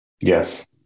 Yes